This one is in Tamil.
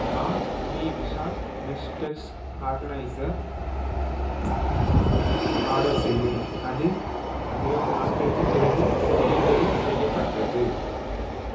நான் P Vishal mesh desk organizer order செய்தேன் அது இருபது நாட்களுக்குப் பிறகு டெலிவரி செய்யப்பட்டது